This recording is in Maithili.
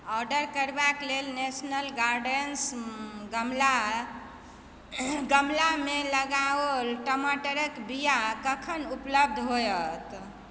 ऑर्डर करबाक लेल नेशनल गार्डन्स गमलामे लगाओल टमाटरक बीआ कखन उपलब्ध होयत